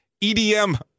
EDM